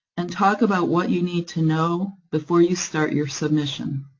and talk about what you need to know before you start your submission.